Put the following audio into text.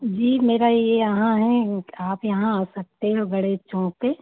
जी मेरा यह यहाँ है आप यहाँ आ सकते हो गणेश चौक पर